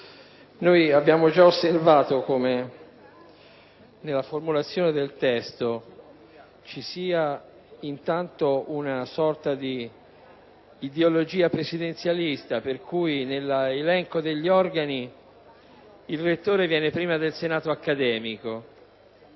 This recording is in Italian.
Abbiamo giaosservato come nella formulazione della norma ci sia una sorta di ideologia presidenzialista, per cui nell’elenco degli organi il rettore viene prima del senato accademico.